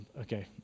Okay